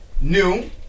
new